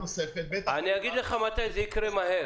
אני אגיד לך מתי זה יקרה מהר